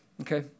Okay